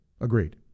Agreed